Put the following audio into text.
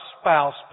spouse